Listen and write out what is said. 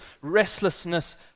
restlessness